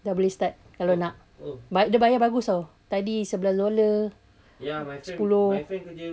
dah boleh start kalau nak ba~ dia bayar bagus [tau] tadi sebelas dollar sepuluh